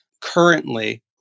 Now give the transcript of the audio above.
currently